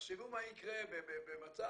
תחשבו מה יקרה במצב